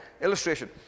illustration